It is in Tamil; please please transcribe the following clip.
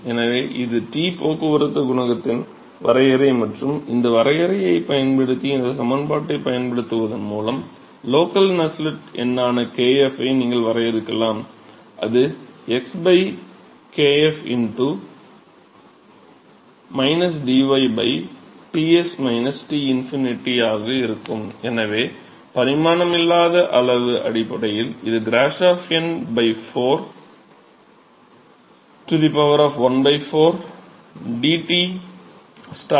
எனவே இது t போக்குவரத்து குணகத்தின் வரையறை மற்றும் இந்த வரையறையைப் பயன்படுத்தி இந்த சமன்பாட்டைப் பயன்படுத்துவதன் மூலம் லோக்கல் நஸ்செல்ட் எண்ணான kf ஐ நீங்கள் வரையறுக்கலாம் அது x kf dy Ts T∞ ஆக இருக்கும் எனவே பரிமாணமில்லாத அளவின் அடிப்படையில் இது கிராஷோஃப் எண் 4 ¼ dT d𝞰